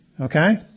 Okay